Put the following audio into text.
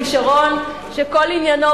כשרון שכל עניינו,